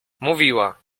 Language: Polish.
mówiła